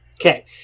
Okay